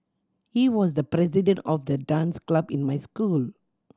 he was the president of the dance club in my school